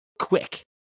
quick